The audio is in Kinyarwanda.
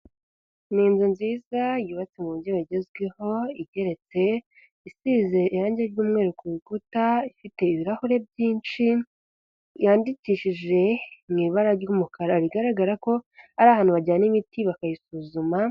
Ni inzu nziza yubatse mu buryo bugezweho, igeretse, isize irangi ry'umweru ku rukuta, ifite ibirahure byinshi, yandikishije mu ibara ry'umukara bigaragara ko ari ahantu bajyana imiti bakayisuzuma.